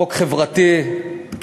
חוק חברתי,